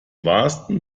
wahrsten